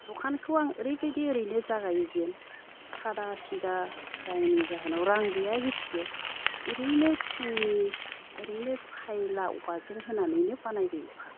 दखानखो आङो ओरैबायदि ओरैनो जागायो जेन सादा सिदा जायनि जाहोनाव रां गैया जितुके ओरैनो थिंनि ओरैनो सायला औवाजों होनानैनो बानायग्रोयो फार्स्ट